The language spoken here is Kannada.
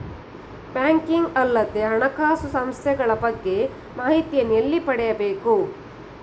ಬ್ಯಾಂಕಿಂಗ್ ಅಲ್ಲದ ಹಣಕಾಸು ಸಂಸ್ಥೆಗಳ ಬಗ್ಗೆ ಮಾಹಿತಿಯನ್ನು ಎಲ್ಲಿ ಪಡೆಯಬೇಕು?